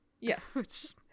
Yes